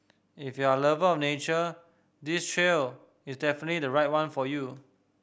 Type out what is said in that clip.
if you're a lover of nature this trail is definitely the right one for you